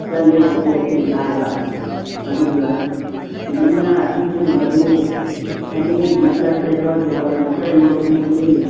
ꯆꯠꯂꯦꯕꯀꯣ ꯁꯦꯟꯈꯥꯏꯕ ꯑꯗꯨꯒ ꯍꯧꯖꯤꯛꯅ ꯑꯗꯨꯒꯨꯝꯕꯗꯨ ꯐꯅꯦꯛ ꯃꯇꯠ ꯁꯦꯠꯄ ꯖꯣꯏꯄꯔ ꯃꯆꯥ ꯏꯟꯕ ꯎꯗꯔꯦ